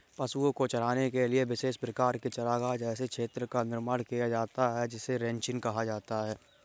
पशुओं को चराने के लिए विशेष प्रकार के चारागाह जैसे क्षेत्र का निर्माण किया जाता है जिसे रैंचिंग कहा जाता है